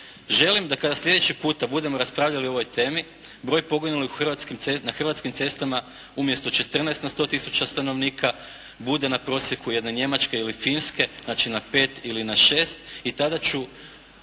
Želim da kada sljedeći puta budemo raspravljali o ovoj temi, broj poginulih na hrvatskim cestama umjesto 14 na 100 tisuća stanovnika bude na prosjeku jedne Njemačke ili Finske, znači na 5 ili na 6 i tada ću